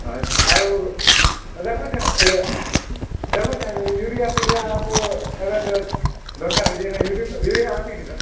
ହଏ ଆଉ ଦେଖୁଛି ଦେଖୁଛି ୟୁରିଆ ଫିୟୁରିଆ ତ ଏବେ ତ ଦରକାର୍ ଯେ ୟୁରିଆ ଅଛି କି ନାଇଁ ସାର୍